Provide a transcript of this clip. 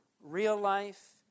real-life